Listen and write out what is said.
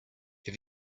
have